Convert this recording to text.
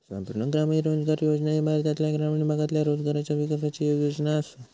संपूर्ण ग्रामीण रोजगार योजना ही भारतातल्या ग्रामीण भागातल्या रोजगाराच्या विकासाची येक योजना आसा